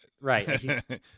right